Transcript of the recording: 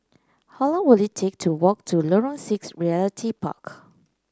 how long will it take to walk to Lorong Six Realty Park